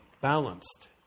balanced